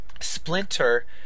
Splinter